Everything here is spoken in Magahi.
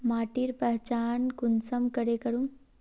माटिर पहचान कुंसम करे करूम?